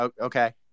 Okay